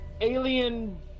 alien